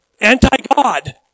anti-God